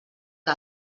que